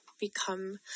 become